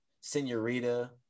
Senorita